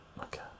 okay